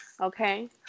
Okay